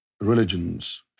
religions